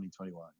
2021